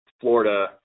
Florida